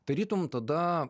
tarytum tada